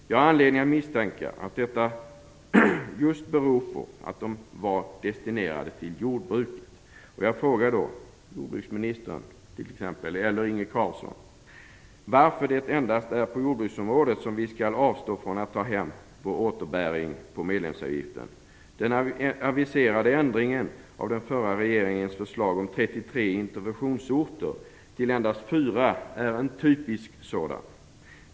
Jag har anledning att misstänka att detta just beror på att de var destinerade till jordbruket. Jag frågar då jordbruksministern eller Inge Carlsson, varför det är endast på jordbruksområdet som vi skall avstå från att ta hem vår återbäring på medlemsavgiften. Den aviserade ändringen av den förra regeringens förslag om 33 interventionsorter till endast 4 är en typisk sådan.